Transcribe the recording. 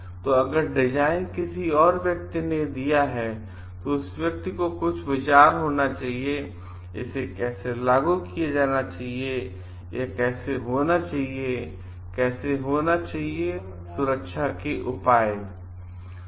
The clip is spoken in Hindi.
तो अगर डिजाइन किसी और व्यक्ति ने दिया है तो उस व्यक्ति का कुछ विचार होना चाहिए कि इसे कैसे लागू किया जाना चाहिए और यह कैसे होना चाहिए कैसे होना चाहिए और सुरक्षा के क्या उपाय हैं